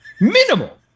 Minimal